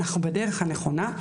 אנחנו בדרך הנכונה,